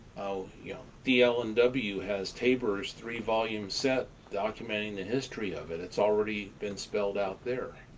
yeah dl and w has taber's three-volume set documenting the history of it it's already been spelled out there.